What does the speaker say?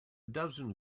dozen